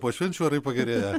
po švenčių orai pagerėja